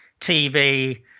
tv